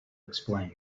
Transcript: explain